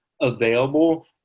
available